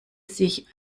sich